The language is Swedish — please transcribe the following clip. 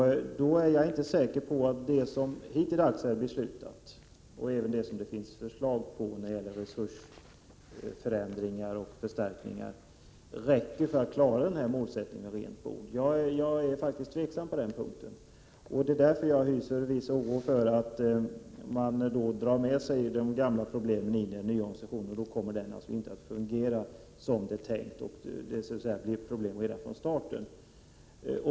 Jag är inte säker på att det som hittills är beslutat och det som är föreslaget när det gäller resursförändringar och förstärkningar räcker för att klara denna målsättning. Jag är faktiskt tveksam på den punkten, och därför hyser jag viss oro för att man drar med sig de gamla problemen in i den nya organisationen. Då kommer den inte att fungera som det är tänkt, och detta medför problem redan från starten.